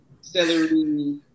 celery